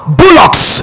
bullocks